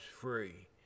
free